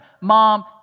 Mom